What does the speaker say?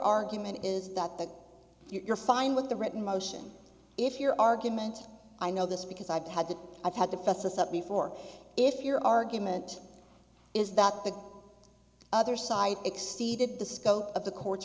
argument is that that you're fine with the written motion if you're argument i know this because i've had to i've had to fess up before if your argument is that the other side exceeded the scope of the court